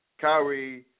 Kyrie